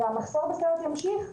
והמחסור בסייעות ימשיך,